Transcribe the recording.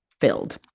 filled